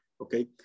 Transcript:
okay